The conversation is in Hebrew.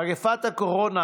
מגפת הקורונה